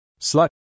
Slut